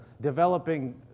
developing